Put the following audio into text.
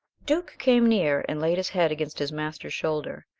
duke came near and laid his head against his master's shoulder,